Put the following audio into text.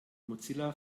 mozilla